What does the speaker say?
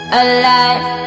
alive